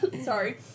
Sorry